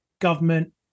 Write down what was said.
government